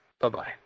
Bye-bye